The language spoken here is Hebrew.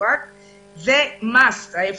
וזה קרה בפרופסיה שלנו אבל לא רק,